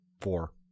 Four